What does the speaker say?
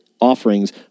offerings